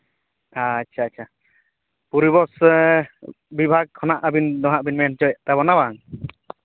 ᱟᱪᱪᱷᱟ ᱟᱪᱪᱷᱟ ᱯᱚᱨᱤᱵᱮᱹᱥ ᱵᱤᱵᱷᱟᱜᱽ ᱠᱷᱚᱱᱟᱜ ᱟᱹᱵᱤᱱ ᱫᱚ ᱱᱟᱦᱟᱜ ᱟᱹᱵᱤᱱ ᱫᱚ ᱵᱤᱱ ᱢᱮᱱ ᱦᱚᱪᱚᱭᱮᱫ ᱛᱟᱵᱚᱱᱟ ᱵᱟᱝ